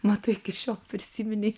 matai iki šiol prisiminei